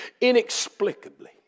inexplicably